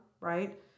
right